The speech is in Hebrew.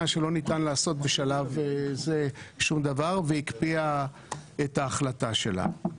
שלא ניתן לעשות בשלב זה שום דבר והקפיאה את ההחלטה שלה.